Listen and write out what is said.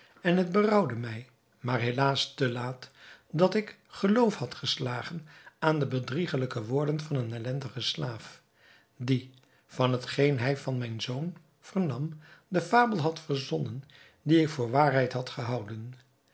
en het berouwde mij maar helaas te laat dat ik geloof had geslagen aan de bedriegelijke woorden van een ellendigen slaaf die van hetgeen hij van mijn zoon vernam de fabel had verzonnen die ik voor waarheid had gehouden